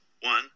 one